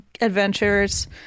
Adventures